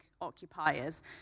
occupiers